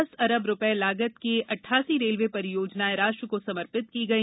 दस अरब रुपए लागत की अठासी रेलवे परियोजनाएं राष्ट्र को समर्पित की गई